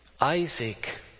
Isaac